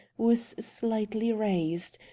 was slightly raised,